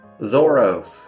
Zoros